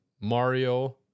Mario